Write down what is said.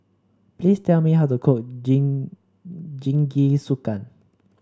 please tell me how to cook Jingisukan